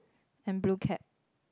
and blue cap